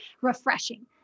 refreshing